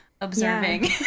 observing